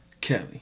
kelly